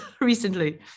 recently